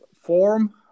form